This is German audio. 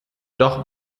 doch